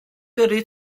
gyrru